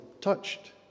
touched